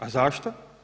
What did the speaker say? A zašto?